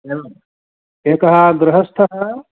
एवं एकः गृहस्थः